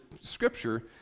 Scripture